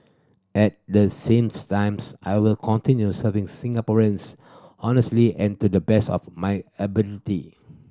at the same times I will continue serving Singaporeans honestly and to the best of my ability